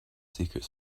secret